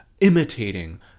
imitating